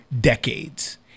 decades